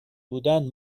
بودند